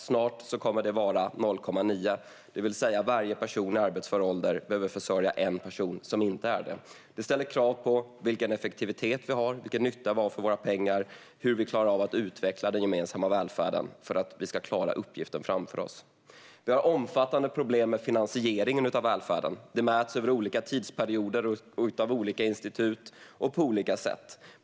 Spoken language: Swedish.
Snart kommer den siffran i stället att vara 0,9, det vill säga varje person som är i arbetsför ålder behöver försörja en person som inte är det. Detta ställer krav på effektivitet, på den nytta vi får av våra pengar och på hur vi lyckas utveckla den gemensamma välfärden för att klara den uppgift vi har framför oss. Vi har omfattande problem med finansieringen av välfärden. Det mäts över olika tidsperioder, av olika institut och på olika sätt.